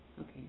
Okay